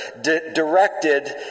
directed